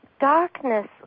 darkness